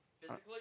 physically